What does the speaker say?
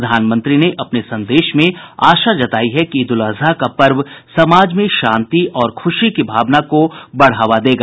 प्रधानमंत्री ने अपने संदेश में आशा जतायी है कि ईद उल अजहा का पर्व समाज में शांति और ख़ुशी की भावना को बढ़ावा देगा